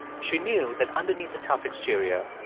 she knew that underneath the tough exterior,